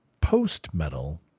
post-metal